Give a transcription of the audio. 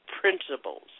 principles